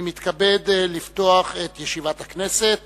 אני מתכבד לפתוח את ישיבת הכנסת